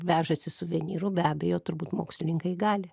vežasi suvenyrų be abejo turbūt mokslininkai gali